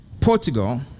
Portugal